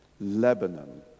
Lebanon